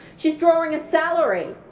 she's drawing a salary,